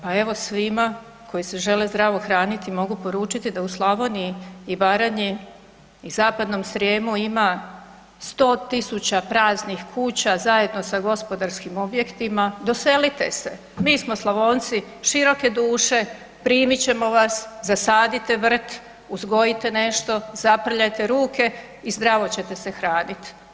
Pa evo svima koji se žele zdravo hraniti mogu poručiti da u Slavoniji i Baranji i zapadnom Srijemu ima 100.000 praznih kuća zajedno sa gospodarskim objektima, doselite se, mi smo Slavonci široke duše, primit ćemo vas, zasadite vrt, uzgojite nešto, zaprljajte ruke i zdravo ćete se hranit.